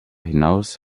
hinaus